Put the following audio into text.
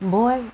boy